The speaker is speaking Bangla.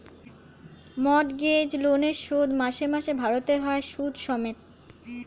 মর্টগেজ লোনের শোধ মাসে মাসে ভরতে হয় সুদ সমেত